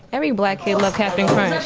every black kid love cap'n crunch.